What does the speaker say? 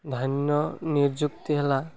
ଧନ୍ୟ ନିଯୁକ୍ତି ହେଲା